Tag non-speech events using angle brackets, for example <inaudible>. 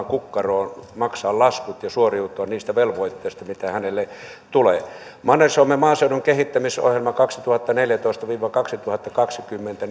<unintelligible> kukkaroon maksaa laskut ja suoriutua niistä velvoitteista mitä hänelle tulee manner suomen maaseudun kehittämisohjelmaan kaksituhattaneljätoista viiva kaksituhattakaksikymmentä <unintelligible>